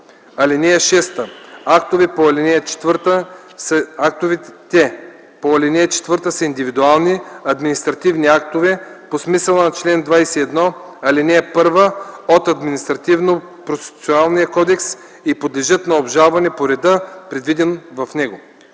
му. (6) Актовете по ал. 4 са индивидуални административни актове по смисъла на чл. 21, ал. 1 от Административнопроцесуалния кодекс и подлежат на обжалване по реда, предвиден в него.”